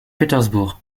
pétersbourg